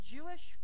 Jewish